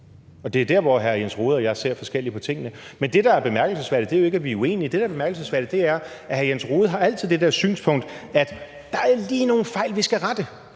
Det er der, hvor hr. Jens Rohde og jeg ser forskelligt på tingene. Men det, der er bemærkelsesværdigt, er jo ikke, at vi er uenige. Det, der er bemærkelsesværdigt, er, at hr. Jens Rohde altid har det der synspunkt, at der lige er nogle fejl, vi skal rette,